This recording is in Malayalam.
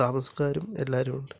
താമസക്കാരും എല്ലാവരും ഉണ്ട്